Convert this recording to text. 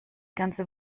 ganze